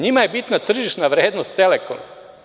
Njima je bitna tržišna vrednost „Telekoma“